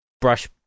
brush